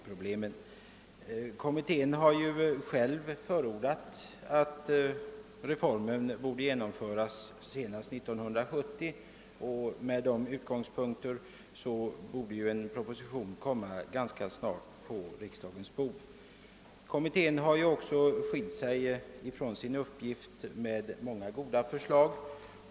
Parkeringskommittén har för ordat att reformen borde genomföras senast 1970, och i så fall borde en proposition ganska snart komma på riksdagens bord. Kommittén har skilt sig väl från sin uppgift och framlagt många goda förslag.